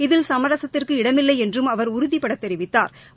இதில் சமரசத்திற்கு இடமில்லை என்று அவர் உறுதிபட தெரிவித்தாா்